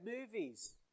Movies